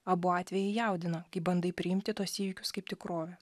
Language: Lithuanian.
abu atvejai jaudina kai bandai priimti tuos įvykius kaip tikrovę